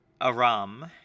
Aram